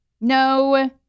No